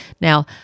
Now